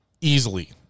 easily